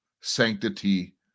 sanctity